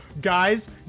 guys